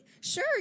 Sure